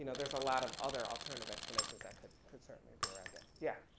and there's a lot of other alternative explanations that can can certainly be arrived at. yeah.